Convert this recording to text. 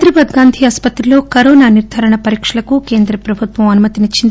హైదరాబాద్ గాంధీ ఆస్పత్రిలో కరోనా నిర్దారణ పరీక్షలకు కేంద్రం అనుమతిచ్చింది